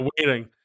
waiting